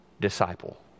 disciple